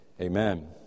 Amen